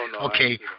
Okay